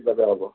হ'ব